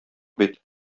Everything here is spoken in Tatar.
бит